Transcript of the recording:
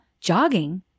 jogging